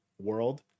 world